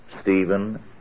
Stephen